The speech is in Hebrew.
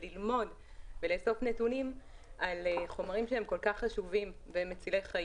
ללמוד לאסוף נתונים על חומרים שהם כל כך חשובים ומצילי חיים,